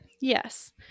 yes